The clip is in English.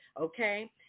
Okay